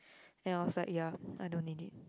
and I was like ya I don't need it